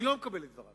אני לא מקבל את דבריו.